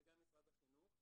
וגם משרד החינוך.